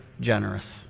generous